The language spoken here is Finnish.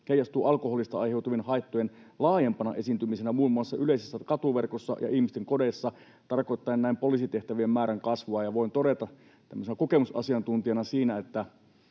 heijastuu alkoholista aiheutuvien haittojen laajempana esiintymisenä muun muassa yleisessä katuverkossa ja ihmisten kodeissa, tarkoittaen näin poliisitehtävien määrän kasvua.” Tämmöisenä kokemusasiantuntijana siinä,